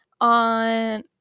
on